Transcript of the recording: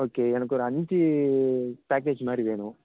okay எனக்கு ஒரு அஞ்சு பேக்கேஜ் மாதிரி வேணும்